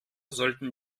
sollten